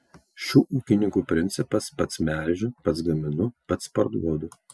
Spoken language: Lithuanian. šių ūkininkų principas pats melžiu pats gaminu pats parduodu